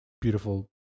beautiful